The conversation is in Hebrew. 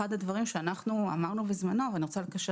אחד הדברים שאנחנו אמרנו בזמנו - ואני רוצה לקשר